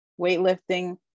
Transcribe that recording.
weightlifting